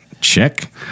check